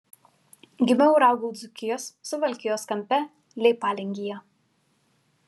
gimiau ir augau dzūkijos suvalkijos kampe leipalingyje